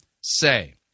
say